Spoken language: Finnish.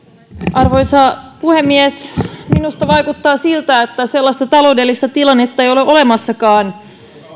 arvoisa puhemies minusta vaikuttaa siltä että sellaista taloudellista tilannetta ei ole olemassakaan